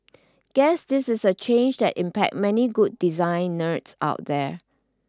guess this is a change that impacts many good design nerds out there